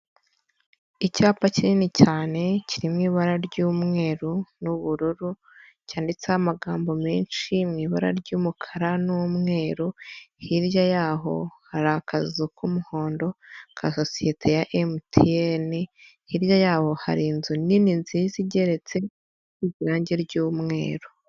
Icyapa kinini cyane kiri mu ibara ry'umweru n'ubururu cyanditseho amagambo menshi mu ibara ry'umukara n'umweru, hirya yaho hari akazu k'umuhondo ka sosiyete ya emutiyeni, hirya yaho hari inzu nini nziza igeretse isize irange ry'umweru.